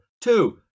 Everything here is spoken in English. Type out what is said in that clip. Two